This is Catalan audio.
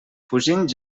fugint